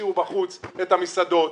השאירו בחוץ את המסעדות,